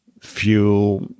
fuel